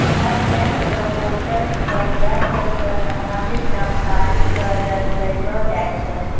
हर bank र portal पर bank स संबंधित जानकारी क दर्शैलो जाय छै